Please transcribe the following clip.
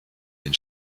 den